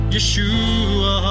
Yeshua